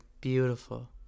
beautiful